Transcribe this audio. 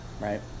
right